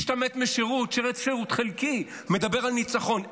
השתמט משירות, שירת שירות חלקי, ומדבר על ניצחון.